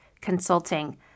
consulting